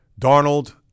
Darnold